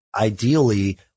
ideally